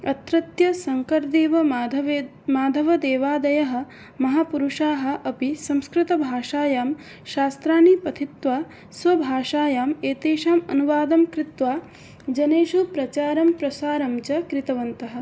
अत्रत्य शङ्करदेव माधवे माधवदेवादयः महापुरुषाः अपि संस्कृतभाषायां शास्त्राणि पठित्वा स्वभाषायाम् एतेषाम् अनुवादं कृत्वा जनेषु प्रचारं प्रसारं च कृतवन्तः